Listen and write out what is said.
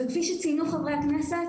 כפי שציינו חברי הכנסת,